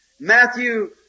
Matthew